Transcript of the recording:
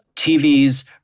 TV's